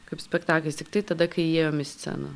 kaip spektaklis tiktai tada kai įėjom į sceną